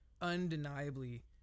undeniably